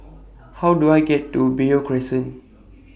How Do I get to Beo Crescent